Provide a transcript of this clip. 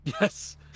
Yes